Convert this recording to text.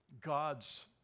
God's